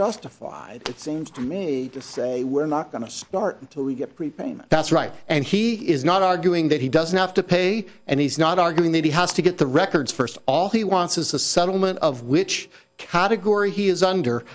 justified it seems to me to say we're not going to start until we get pre payment that's right and he is not arguing that he doesn't have to pay and he's not arguing that he has to get the records first all he wants is a settlement of which category he is under